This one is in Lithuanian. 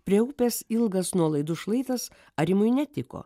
prie upės ilgas nuolaidus šlaitas arimui netiko